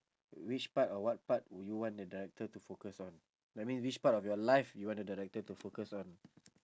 which part or what part would you want the director to focus on I mean which part of your life you want the director to focus on